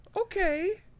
okay